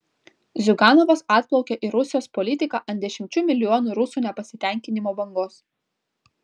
ziuganovas atplaukė į rusijos politiką ant dešimčių milijonų rusų nepasitenkinimo bangos